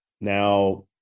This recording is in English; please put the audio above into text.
Now